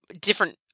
different